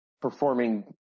performing –